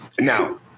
Now